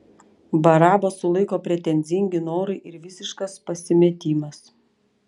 barabą sulaiko pretenzingi norai ir visiškas pasimetimas